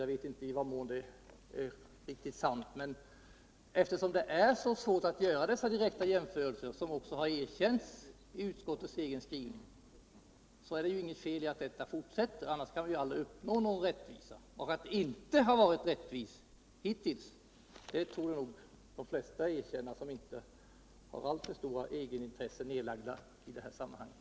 Jag vet inte i vad mån det är sant att man hittills haft det, men när det är så svårt att göra dessa direkta jämförelser —- det har ju erkänts i utskottets egen skrivning —- är det inte fel att undersökningarna fortsätter. Annars kan vi aldrig uppnå någon rättvisa. Att det inte har varit rättvist hittills torde de flesta erkänna som inte har alltför stora egenintressen i sammanhanget.